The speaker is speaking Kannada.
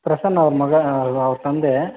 ಪ್ರಸನ್ನ ಅವರ ಮಗ ಅವರ ತಂದೆ